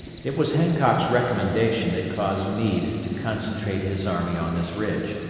it was hancock's recommendation that caused meade to concentrate his army on this ridge,